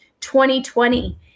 2020